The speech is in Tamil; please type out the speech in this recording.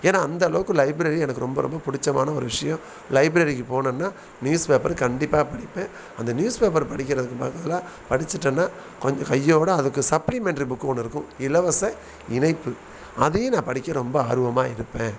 ஏன்னா அந்தளவுக்கு லைப்ரரி எனக்கு ரொம்ப ரொம்ப பிடிச்சமான ஒரு விஷயம் லைப்ரரிக்கு போனேன்னா நியூஸ் பேப்பரு கண்டிப்பாக படிப்பேன் அந்த நியூஸ் பேப்பர் படிக்கிறதுக்கு பதிலாக படிச்சிட்டேன்னால் கொஞ்சம் கையோடு அதுக்கு சப்ளிமெண்ட்ரி புக்கு ஒன்று இருக்கும் இலவச இணைப்பு அதையும் நான் படிக்க ரொம்ப ஆர்வமாக இருப்பேன்